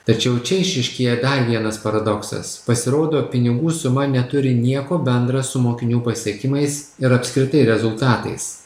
tačiau čia išryškėja dar vienas paradoksas pasirodo pinigų suma neturi nieko bendra su mokinių pasiekimais ir apskritai rezultatais